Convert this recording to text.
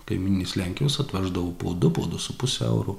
kaimyninės lenkijos atveždavo po du po du su puse euro